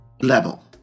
level